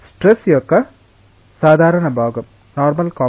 stress యొక్క సాధారణ భాగం